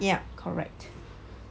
ya correct